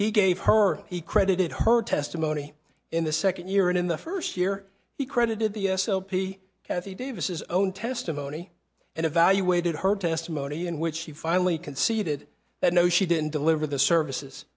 he gave her he credited her testimony in the second year in the first year he credited the s l p kathy davis's own testimony and evaluated her testimony in which she finally conceded that no she didn't deliver the services